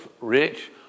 rich